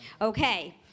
Okay